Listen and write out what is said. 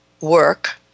work